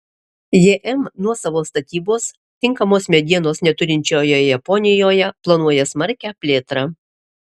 jm nuosavos statybos tinkamos medienos neturinčioje japonijoje planuoja smarkią plėtrą